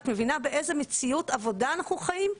את מבינה באיזה מציאות עבודה אנחנו חיים?